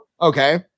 Okay